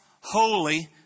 holy